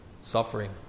suffering